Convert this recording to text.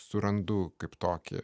surandu kaip tokį